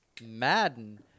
Madden